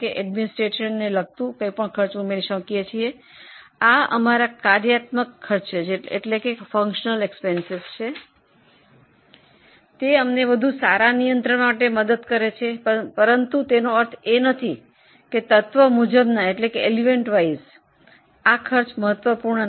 આ ફંકશનલ ખર્ચ છે તે નિયંત્રણ કરવામાં મદદ કરે છે પરંતુ તેનો અર્થ એ નથી કે તત્વ મુજબના ખર્ચ મહત્વપૂર્ણ નથી